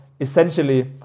essentially